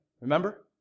Remember